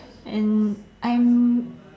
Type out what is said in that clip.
and I'm